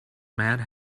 mad